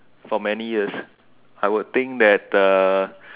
for many years I would think that